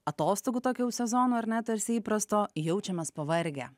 atostogų tokio jau sezono ar ne tarsi įprasto jaučiamės pavargę